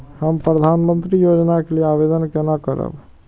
हम प्रधानमंत्री योजना के लिये आवेदन केना करब?